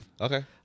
Okay